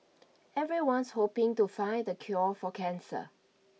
everyone's hoping to find the cure for cancer